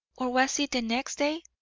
or was it the next day?